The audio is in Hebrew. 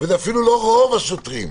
וזה אפילו לא רוב השוטרים,